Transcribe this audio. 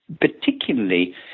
particularly